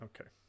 okay